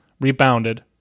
rebounded